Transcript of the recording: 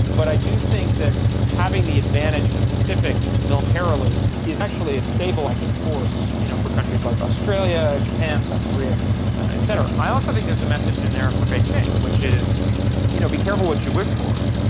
but i do think that having the advantage in a pacific militarily is actually a stabilising force you know for countries like australia, japan, south korea et cetera. i also think there's a message in there for beijing which is you know be careful what you wish for.